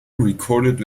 recorded